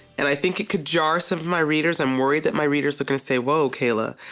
and i think it could jar some of my readers. i'm worried that my readers are going to say whoa kayla,